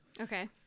okay